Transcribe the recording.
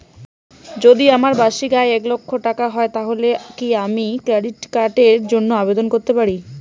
যদি আমার বার্ষিক আয় এক লক্ষ টাকা হয় তাহলে কি আমি ক্রেডিট কার্ডের জন্য আবেদন করতে পারি?